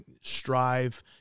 strive